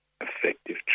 effective